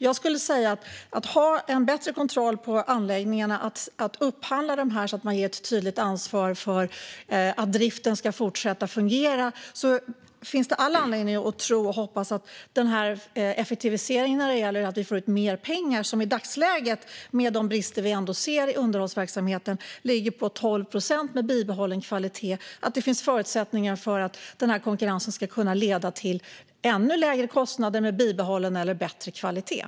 Det gäller att ha bättre kontroll på anläggningarna och upphandla på så sätt att man ger ett tydligt ansvar för att driften ska fortsätta fungera. Det finns all anledning att tro och hoppas att effektiviseringen gör att vi får ut mer pengar. I dagsläget, med de brister vi ändå ser i underhållsverksamheten, ligger det på 12 procent med bibehållen kvalitet. Det finns förutsättningar för att konkurrensen ska kunna leda till ännu lägre kostnader med bibehållen eller bättre kvalitet.